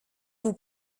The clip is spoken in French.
vous